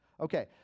Okay